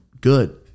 good